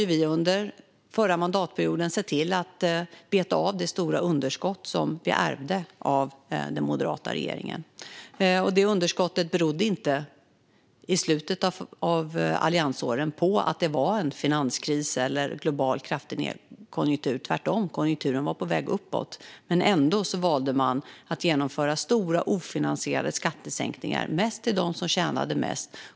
Vi såg under förra mandatperioden till att beta av det stora underskott som vi ärvde av den moderata regeringen. Underskottet berodde inte på att det i slutet av alliansåren var finanskris eller kraftig global nedgång i konjunkturen. Den var tvärtom på väg uppåt. Ändå valde man att genomföra stora ofinansierade skattesänkningar, mest för dem som tjänade mest.